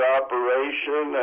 operation